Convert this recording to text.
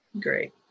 Great